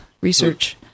research